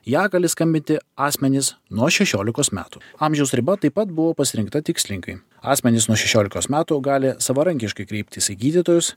į ją gali skambinti asmenys nuo šešiolikos metų amžiaus riba taip pat buvo pasirinkta tikslingai asmenys nuo šešiolikos metų jau gali savarankiškai kreiptis į gydytojus